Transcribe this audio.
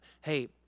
hey